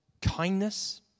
kindness